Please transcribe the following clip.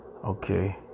Okay